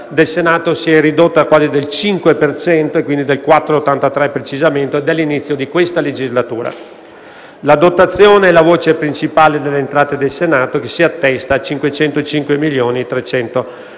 effettiva del Senato si è ridotta quasi del 5 per cento (precisamente 4,83) dall'inizio di questa legislatura. La dotazione è la voce principale delle entrate del Senato, che si attesta a euro 505.360.500.